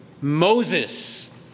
Moses